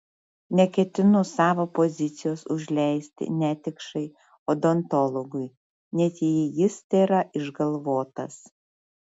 neketinu savo pozicijos užleisti netikšai odontologui net jei jis tėra išgalvotas